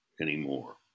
anymore